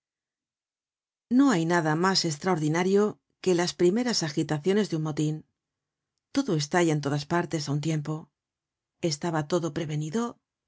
no hay nada mas estraordinario que las primeras agitaciones de un motin todo estalla en todas partes á un tiempo estaba esto prevenido